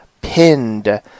pinned